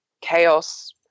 chaos